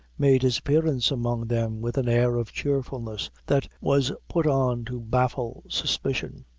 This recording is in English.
made his appearance among them with an air of cheerfulness that was put on to baffle suspicion.